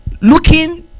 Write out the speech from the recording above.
looking